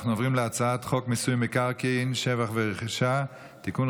אנחנו עוברים להצעת חוק מיסוי מקרקעין (שבח ורכישה) (תיקון,